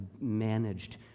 managed